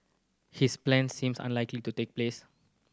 his plans seems unlikely to take place